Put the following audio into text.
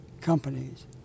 companies